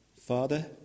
Father